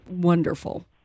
wonderful